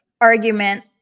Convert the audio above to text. argument